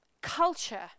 culture